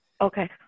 Okay